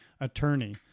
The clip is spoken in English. attorney